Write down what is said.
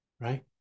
right